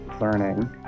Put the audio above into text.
learning